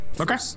okay